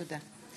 תודה.